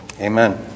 amen